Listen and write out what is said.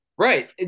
Right